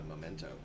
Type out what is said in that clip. Memento